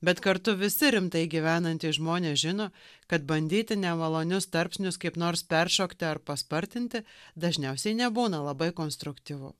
bet kartu visi rimtai gyvenantys žmonės žino kad bandyti nemalonius tarpsnius kaip nors peršokti ar paspartinti dažniausiai nebūna labai konstruktyvu